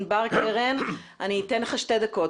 ענבר קרן, שתי דקות.